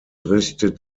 richtet